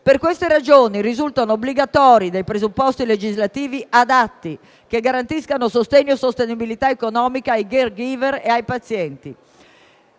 Per queste ragioni risultano obbligatori presupposti legislativi adatti, che garantiscano sostegno e sostenibilità economica ai *caregiver* e ai pazienti.